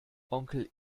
onkel